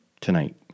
tonight